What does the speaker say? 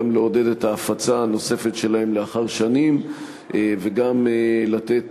גם לעודד את ההפצה הנוספת שלהן לאחר שנים וגם לתת